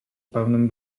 pełnym